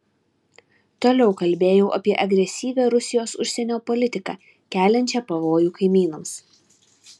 toliau kalbėjau apie agresyvią rusijos užsienio politiką keliančią pavojų kaimynams